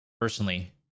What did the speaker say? personally